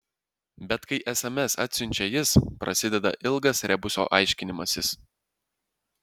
bet kai sms atsiunčia jis prasideda ilgas rebuso aiškinimasis